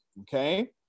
okay